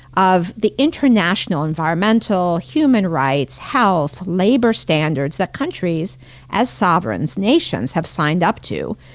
of the international environmental, human rights, health, labor standards, that countries as sovereigns, nations, have signed up to.